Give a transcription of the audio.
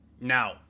Now